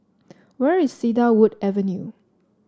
where is Cedarwood Avenue